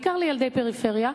בעיקר לילדי פריפריה,